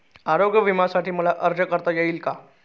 आरोग्य विम्यासाठी मला अर्ज करता येईल का?